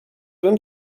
złym